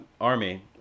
army